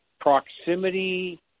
proximity